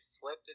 flipped